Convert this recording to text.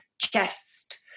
chest